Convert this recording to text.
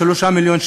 3,000,000 שקל.